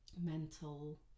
mental